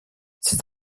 ses